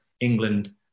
England